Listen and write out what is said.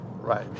Right